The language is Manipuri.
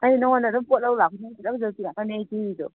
ꯑꯩ ꯅꯪꯉꯣꯟꯗ ꯑꯗꯨꯝ ꯄꯣꯠ ꯂꯧꯕ ꯂꯥꯛꯄ ꯈꯨꯗꯤꯡꯒꯤ ꯐꯖ ꯐꯖꯕ ꯉꯥꯛꯇꯅꯦ ꯄꯤꯔꯤꯗꯣ